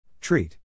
Treat